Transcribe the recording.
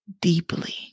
deeply